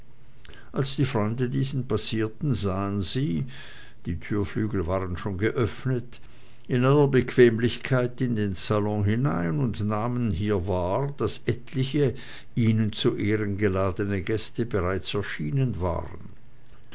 als die freunde diesen passierten sahen sie die türflügel waren schon geöffnet in aller bequemlichkeit in den salon hinein und nahmen hier wahr daß etliche ihnen zu ehren geladene gäste bereits erschienen waren